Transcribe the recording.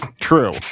True